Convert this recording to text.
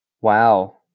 Wow